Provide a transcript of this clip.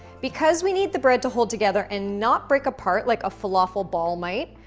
because we need the bread to hold together and not break apart like a falafel ball might,